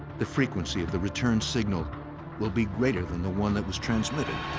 the frequency of the return signal will be greater than the one that was transmitted.